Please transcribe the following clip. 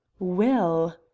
well,